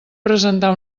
presentar